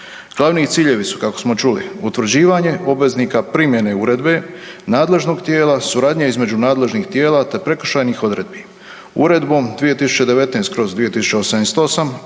Glavni ciljevi su kako smo čuli utvrđivanje obveznika primjene uredbe nadležnog tijela, suradnje između nadležnih tijela te prekršajnih odredbi. Uredbom 2019/2088